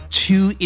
two